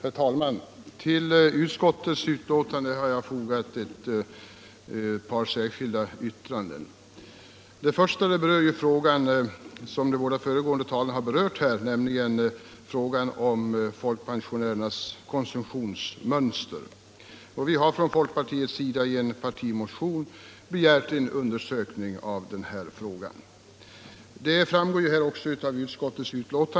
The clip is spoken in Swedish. Herr talman! Vid utskottets betänkande har jag fogat ett par särskilda yttranden. Det första berör den fråga som de båda tidigare talarna har tagit upp, nämligen folkpensionärernas konsumtionsmönster. Vi har från folkpartiet i en partimotion begärt en kartläggning därav.